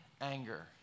anger